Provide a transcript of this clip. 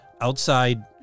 outside